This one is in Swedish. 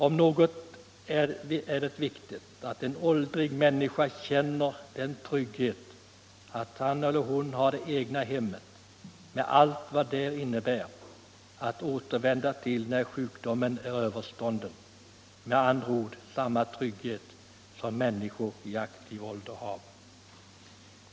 Om något är det viktigt att en åldrig människa känner den tryggheten att hon har det egna hemmet — med allt vad det innebär — att återvända till när sjukdomen är överstånden, med andra ord samma trygghet som människor i aktiv ålder har.